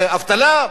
אבטלה,